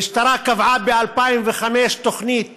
המשטרה קבעה ב-2005 תוכנית